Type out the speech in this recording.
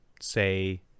say